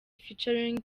featuring